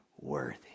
worthy